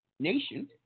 nation